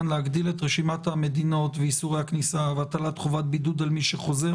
להגדיל את רשימת המדינות ואיסורי הכניסה והטלת חובת בידוד על מי שחוזר.